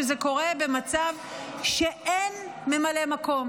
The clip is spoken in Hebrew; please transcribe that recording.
שזה קורה במצב שאין ממלא מקום,